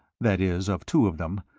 that is, of two of them,